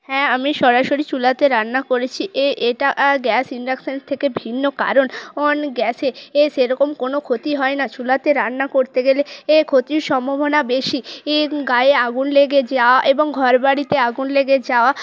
হ্যাঁ আমি সরাসরি চুলাতে রান্না করেছি এ এটা গ্যাস ইন্ডাকশানের থেকে ভিন্ন কারণ ওয়ান গ্যাসে এ সেরকম কোনো ক্ষতি হয় না চুলাতে রান্না করতে গেলে এ ক্ষতির সম্ভবনা বেশি ই গায়ে আগুন লেগে যাওয়া এবং ঘর বাড়িতে আগুন লেগে যাওয়া